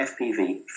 FPV